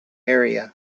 area